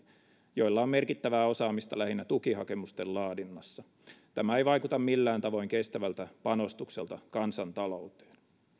joilla on merkittävää osaamista lähinnä tukihakemusten laadinnassa tämä ei vaikuta millään tavoin kestävältä panostukselta kansantalouteen